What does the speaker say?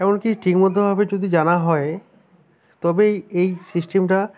এমন কি ঠিক মতোভাবে যদি জানা হয় তবেই এই সিস্টেমটা